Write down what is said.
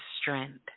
strength